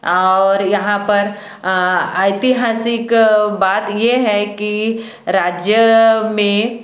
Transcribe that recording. और यहाँ पर ऐतिहासिक बात ये है कि राज्य में